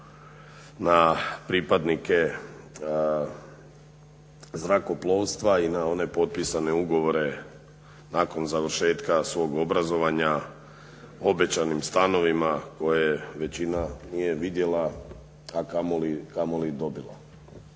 na pripadnike zrakoplovstva i na one potpisane ugovore nakon završetka svog obrazovanja, obećanim stanovima koje većina nije vidjela, a kamoli dobila.